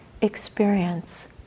experience